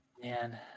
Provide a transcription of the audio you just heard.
Man